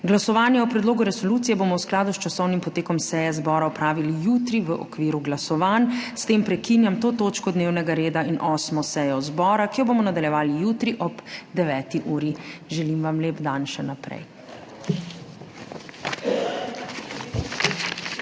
Glasovanje o predlogu resolucije bomo v skladu s časovnim potekom seje zbora opravili jutri, v okviru glasovanj. S tem prekinjam to točko dnevnega reda in 8. sejo zbora, ki jo bomo nadaljevali jutri ob 9. uri. Želim vam lep dan še naprej!